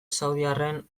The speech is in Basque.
saudiarren